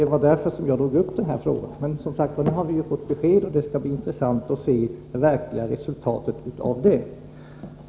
Det var därför som jag tog upp denna fråga. Nu har vi fått besked, och det skall som sagt bli intressant att se det verkliga resultatet av kommitténs arbete.